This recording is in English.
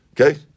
Okay